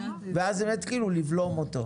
ואז הם יתחילו לבלום אותו.